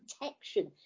protection